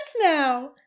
now